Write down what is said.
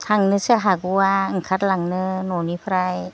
थांनोसो हागौ आं ओंखारलांनो न'निफ्राय